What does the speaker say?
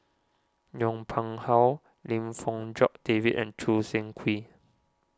Yong Pung How Lim Fong Jock David and Choo Seng Quee